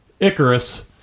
Icarus